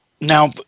now